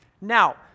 Now